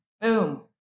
boom